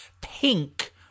pink